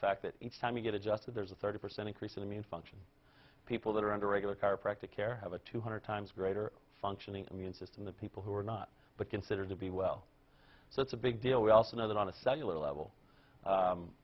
fact that each time you get adjusted there's a thirty percent increase in immune function people that are under regular chiropractor care have a two hundred times greater functioning immune system the people who are not but considered to be well so it's a big deal we also know that on a cellular level